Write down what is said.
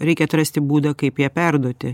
reikia atrasti būdą kaip ją perduoti